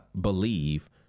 believe